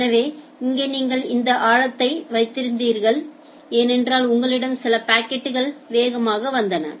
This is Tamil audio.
எனவே இங்கே நீங்கள் இந்த ஆழத்தை வைத்திருந்தீர்கள் ஏனென்றால் உங்களிடம் சில பாக்கெட்கள் வேகமாக வந்தன